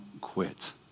quit